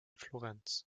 florenz